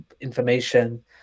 information